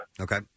Okay